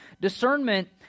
Discernment